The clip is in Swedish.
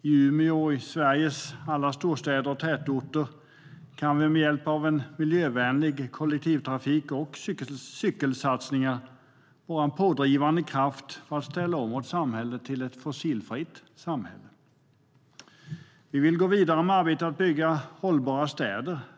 I Umeå, och i Sveriges alla storstäder och tätorter, kan vi med hjälp av miljövänlig kollektivtrafik och cykelsatsningar vara en pådrivande kraft för omställningen till ett fossilfritt samhälle. Vi vill gå vidare med arbetet att bygga hållbara städer.